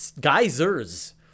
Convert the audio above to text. geysers